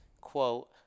quote